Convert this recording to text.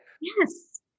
Yes